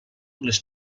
les